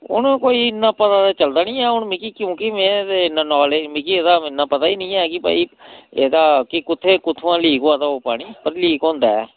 हून कोई इन्ना पता दे चलदा निं ऐं हून मिगी क्योंकि में ते इन्ना नालेज मिगी एह्दा इन्ना पता ई निं ऐ कि भाई एह्दा कि कुत्थै कुत्थुआं लीक होआ दा होग पानी पर लीक होंदा ऐ